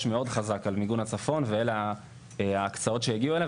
מאוד חזק על מיגון הצפון ואלו ההקצאות שהגיעו הנה.